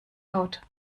haut